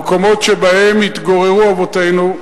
המקומות שבהם התגוררו אבותינו,